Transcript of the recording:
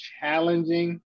challenging